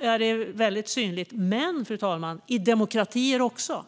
är det väl synligt. Men, fru talman, det är det i demokratier också.